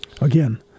again